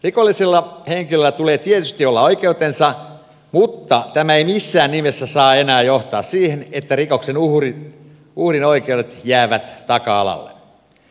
rikollisilla henkilöillä tulee tietysti olla oikeutensa mutta tämä ei missään nimessä saa enää johtaa siihen että rikoksen uhrin oikeudet jäävät taka alalle